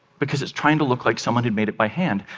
because it's trying to look like someone had made it by hand.